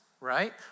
right